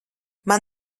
man